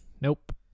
Nope